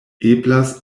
eblas